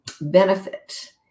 benefit